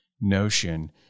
notion